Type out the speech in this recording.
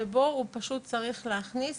שבו הוא פשוט צריך להכניס